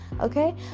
okay